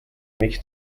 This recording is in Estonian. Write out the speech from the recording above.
miks